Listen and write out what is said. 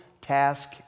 task